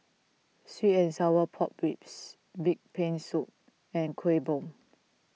Sweet and Sour Pork Ribs Pig's Brain Soup and Kuih Bom